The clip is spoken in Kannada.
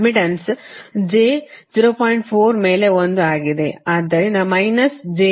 4 ಮೇಲೆ 1 ಆಗಿದೆ ಆದ್ದರಿಂದ ಮೈನಸ್ j 0